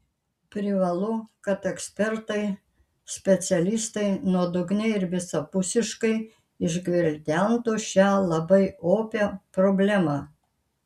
privalu kad ekspertai specialistai nuodugniai ir visapusiškai išgvildentų šią labai opią problemą